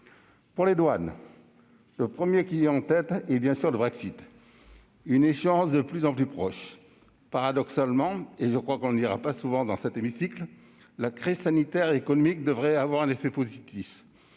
Pour les douanes, le premier des enjeux est bien sûr le Brexit, cette échéance étant de plus en plus proche. Paradoxalement, et je pense qu'on ne le dira pas souvent dans cet hémicycle, la crise sanitaire et économique devrait avoir un effet positif.